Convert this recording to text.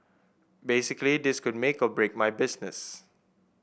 basically this could make or break my business